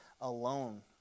alone